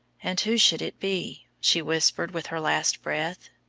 and who should it be, she whispered with her last breath,